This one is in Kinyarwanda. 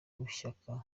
w’ishyaka